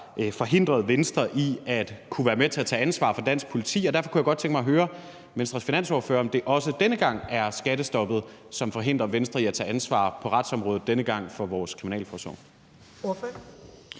forhindrede Venstre i at kunne være med til at tage ansvar for dansk politi. Derfor kunne jeg godt tænke mig at høre Venstres finansordfører, om det også denne gang er skattestoppet, der forhindrer Venstre i at tage ansvar på retsområdet – denne gang for vores kriminalforsorg.